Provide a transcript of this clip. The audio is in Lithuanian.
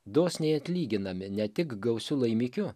dosniai atlyginami ne tik gausiu laimikiu